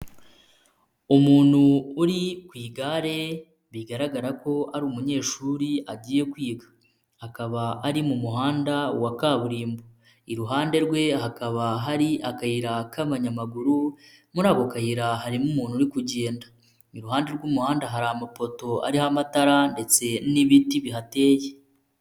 Umuntu uri ku igare bigaragara ko ari umunyeshuri agiye kwiga, akaba ari mu muhanda wa kaburimbo, iruhande rwe hakaba hari akayira k'abanyamaguru, muri ako kayira harimo umuntu uri kugenda, iruhande rw'umuhanda hari amapoto ariho amatara ndetse n'ibiti bihateye.